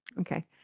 Okay